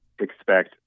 expect